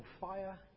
fire